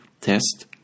test